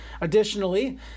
Additionally